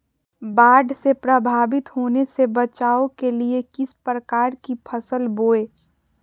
बाढ़ से प्रभावित होने से बचाव के लिए किस प्रकार की फसल बोए?